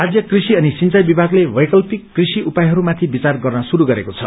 राज्य कृषि अनि सिंचाई विभागले वैकल्पिक कृषि उपायहरूमाथि विचार गर्न शुरू गरेको छ